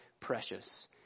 precious